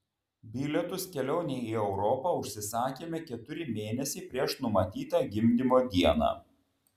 bilietus kelionei į europą užsisakėme keturi mėnesiai prieš numatytą gimdymo dieną